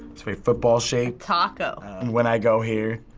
very football shaped. taco. when i go here,